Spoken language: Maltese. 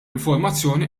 informazzjoni